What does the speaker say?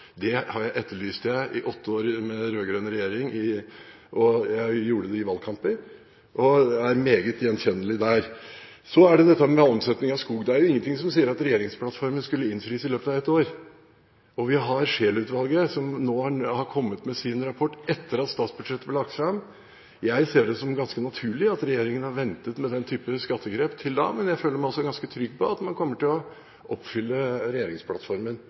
konkurransekraften, etterlyste jeg i åtte år med rød-grønn regjering. Jeg gjorde det i valgkamper og er meget gjenkjennelig der. Så er det dette med omsetning av skog. Det er ingenting som tilsier at regjeringsplattformen skulle innfris i løpet av et år. Og vi har Scheel-utvalget, som nå har kommet med sin rapport – etter at statsbudsjettet ble lagt fram. Jeg ser det som ganske naturlig at regjeringen har ventet med den type skattegrep til da, men jeg føler meg også ganske trygg på at man kommer til å oppfylle regjeringsplattformen,